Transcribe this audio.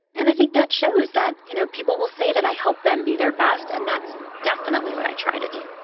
and i think that shows that, you know, people will say that i help them be their best. and that's definitely what i try to do.